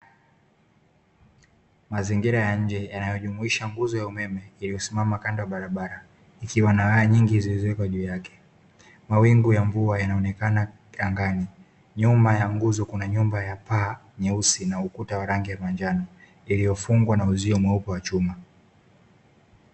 Mazingira ya nje yanayojumuisha nguzo ya umeme iliyosimama kando ya barabara ikiwa na nyaya nyingi zilizopo juu yake, mawingu ya mvua yanaonekana angani nyuma ya nguzo kuna nyumba ya paa nyeusi na ukuta wa rangi ya manjano iliyofungwa na uzio mweupe wa chuma.